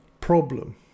problem